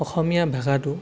অসমীয়া ভাষাটো